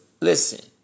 listen